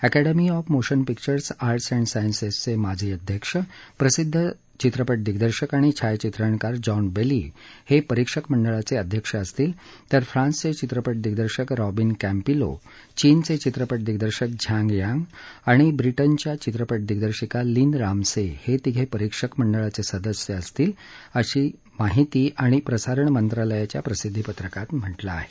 academy of Motion Pictures Arts and सायन्सेसचे माजी अध्यक्ष प्रसिद्ध सिनेदिग्दर्शक आणि छायाचित्रणकार जॉन बेली हे परिक्षक मंडळाचे अध्यक्ष असतील तर फ्रान्सचे चित्रपट दिग्दर्शक रॉबिन कॅम्पिलो चीनचे चित्रपट दिग्दर्शक झँग यांग आणि ब्रिटनच्या चित्रपट दिग्दर्शिका लीन रामसे हे तीघे परिक्षक मंडळाचे सदस्य असतील असं माहिती आणि प्रसारण मंत्रालयाच्या प्रसिद्धीपत्रकात म्हटलं आहे